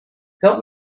help